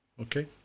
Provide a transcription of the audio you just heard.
Okay